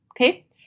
okay